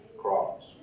crops